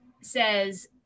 says